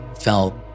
felt